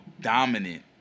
dominant